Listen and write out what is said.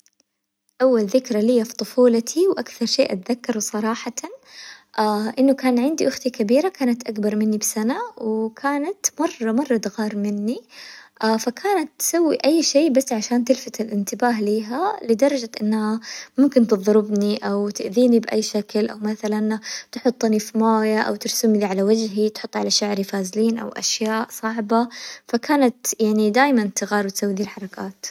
أول ذكرى ليا في طفولتي وأكثر شي أتذكره صراحةً إنه كان عندي أختي كبيرة، كانت أكبر مني بسنة وكانت مرة مرة تغار مني فكانت تسوي أي شي بس عشان تلفت الانتباه ليها، لدرجة إنها ممكن تظربني أو تأذيني بأي شكل أو مثلاً تحطني في موية، أو ترسملي على وجهي، تحط على شعري فازلين أو أشياء صعبة فكانت يعني دايماً تغار وتسوي دي الحركات.